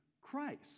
Christ